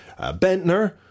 Bentner